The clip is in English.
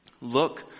Look